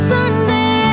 Sunday